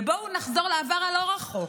בואו נחזור לעבר הלא-רחוק.